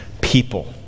people